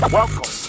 welcome